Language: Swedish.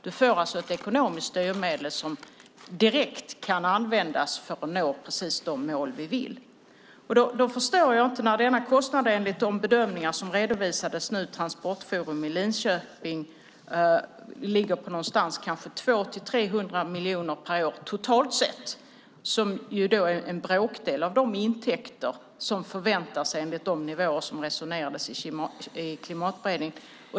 Man får alltså ett ekonomiskt styrmedel som direkt kan användas för att nå precis de mål vi vill. Denna kostnad ligger enligt de bedömningar som redovisades nu vid Transportforum i Linköping på någonstans mellan 200 och 300 miljoner per år totalt sett. Det är en bråkdel av de intäkter som förväntas enligt de nivåer som det resonerades om i Klimatberedningen.